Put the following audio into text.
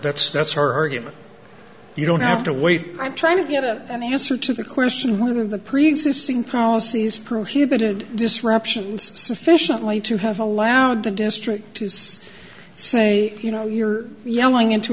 that's that's her argument you don't have to wait i'm trying to get at any answer to the question one of the preexisting policies prohibited disruptions sufficiently to have allowed the district is say you know you're yelling into